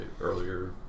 earlier